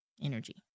Energy